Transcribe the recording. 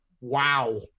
wow